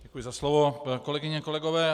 Děkuji za slovo, kolegyně, kolegové.